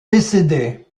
décédé